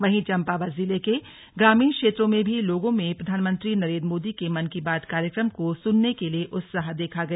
वहीं चंपावत जिले के ग्रामीण क्षेत्रों में भी लोगों में प्रधानमंत्री नरेंद्र मोदी के मन की बात कार्यक्रम को सुनने के लिए उत्साह देखा गया